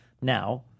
Now